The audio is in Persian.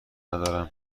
ندارم